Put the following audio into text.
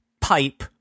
pipe